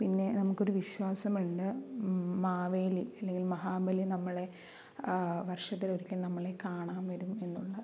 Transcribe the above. പിന്നെ നമുക്ക് ഒരു വിശ്വാസം ഉണ്ട് മാവേലി അല്ലെങ്കിൽ മഹാബലി നമ്മളെ വർഷത്തിൽ ഒരിക്കൽ നമ്മളെ കാണാൻ വരും എന്നുള്ള